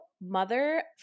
mother